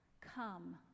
Come